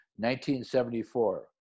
1974